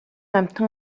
амьтан